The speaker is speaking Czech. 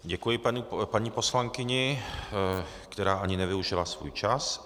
Děkuji paní poslankyni, která ani nevyužila svůj čas.